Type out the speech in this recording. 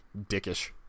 dickish